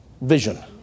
vision